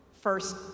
first